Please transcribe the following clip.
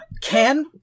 Can-